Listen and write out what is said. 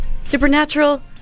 Supernatural